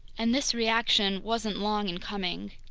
and this reaction wasn't long in coming.